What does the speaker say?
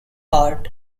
art